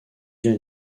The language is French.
bien